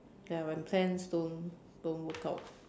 ya when plans don't don't work out